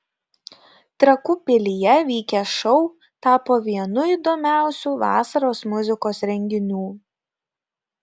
trakų pilyje vykęs šou tapo vienu įdomiausių vasaros muzikos renginių